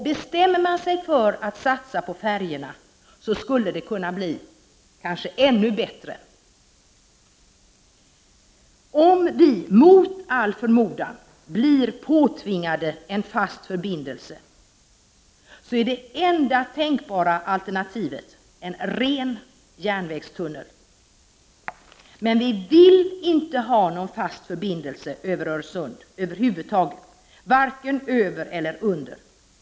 Bestämmer man sig för att satsa på färjor, skulle det kanske kunna bli ännu bättre. Om vi mot all förmodan blir påtvingade en fast förbindelse, är det enda tänkbara alternativet en ren järnvägstunnel. Men vi vill över huvud taget inte ha någon fast förbindelse över Öresund, vare sig över eller under.